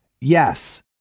Yes